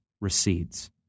recedes